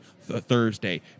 Thursday